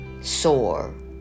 sore